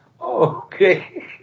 Okay